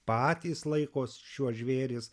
patys laikos šiuos žvėris